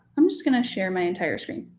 i'm just gonna share my entire screen.